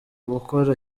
gukora